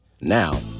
Now